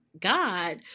God